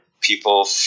people